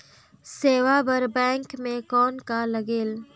सेवा बर बैंक मे कौन का लगेल?